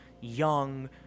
young